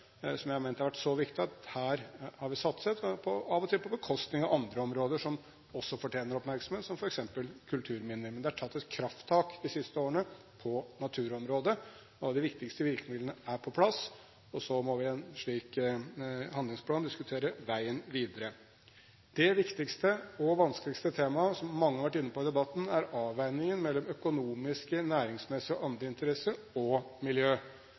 som jeg har ment har vært så viktig at her har vi satset, av og til på bekostning av andre områder som også fortjener oppmerksomhet, som f.eks. kulturminner. Men det er tatt et krafttak de siste årene på naturområdet. De viktigste virkemidlene er på plass, og så må vi i en slik handlingsplan diskutere veien videre. Det viktigste og vanskeligste temaet som mange har vært inne på i debatten, er avveiningen mellom økonomiske, næringsmessige og andre interesser og miljø.